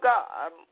God